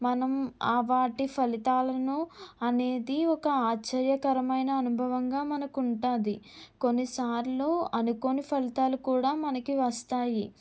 మనం ఆ వాటి ఫలితాలను అనేది ఒక ఆశ్చర్యకరమైన అనుభవంగా మనకు ఉంటుంది కొన్నిసార్లు అనుకోని ఫలితాలు కూడా మనకి వస్తాయి